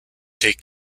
take